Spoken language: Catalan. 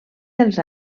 dels